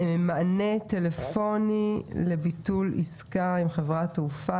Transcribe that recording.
מענה טלפוני לביטול עסקה עם חברת תעופה),